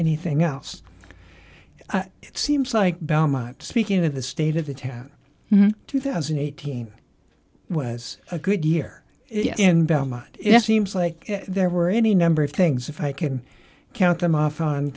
anything else it seems like belmont speaking of the state of the town two thousand and eighteen was a good year in belmont it seems like there were any number of things if i can count them off on